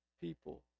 people